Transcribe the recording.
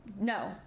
No